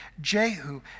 Jehu